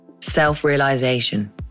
Self-realization